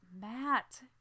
Matt